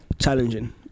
challenging